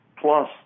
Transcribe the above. Plus